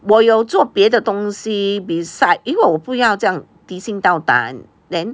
我有做别的东西 beside 因为我不要这样提心吊胆:yin wei wo bu yao jiang ti xin diao dan then